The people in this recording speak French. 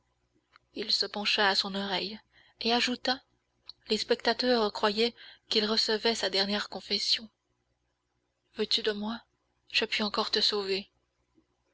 il se pencha à son oreille et ajouta les spectateurs croyaient qu'il recevait sa dernière confession veux-tu de moi je puis encore te sauver